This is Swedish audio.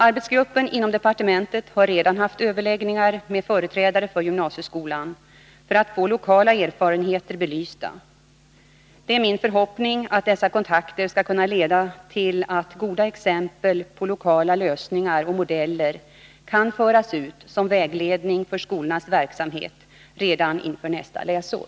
Arbetsgruppen inom departementet har redan haft överläggningar med företrädare för gymnasieskolan för att få lokala erfarenheter belysta. Det är min förhoppning att dessa kontakter skall kunna leda till att goda exempel på lokala lösningar och modeller kan föras ut som vägledning för skolans verksamhet redan inför nästa läsår.